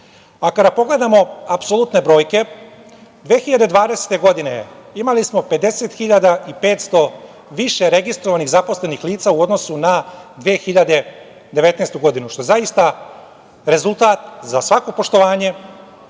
kada pogledamo apsolutne brojke, 2020. godine smo imali 50.500 više registrovanih zaposlenih lica u odnosu na 2019. godinu, što je zaista rezultat za svako poštovanje,